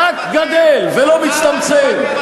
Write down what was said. רק גדל ולא מצטמצם.